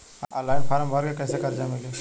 Online form भर के कैसे कर्जा मिली?